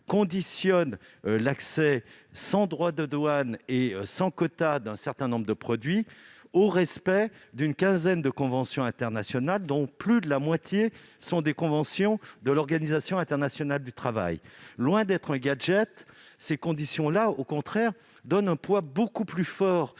européen, sans droits de douane et sans quota, d'un certain nombre de produits au respect d'une quinzaine de conventions internationales, dont plus de la moitié sont des conventions de l'Organisation internationale du travail (OIT). Loin d'être des gadgets, ces clauses donnent un poids beaucoup plus